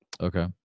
Okay